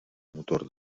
motor